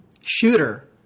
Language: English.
Shooter